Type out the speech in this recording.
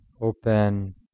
open